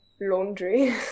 laundry